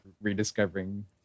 rediscovering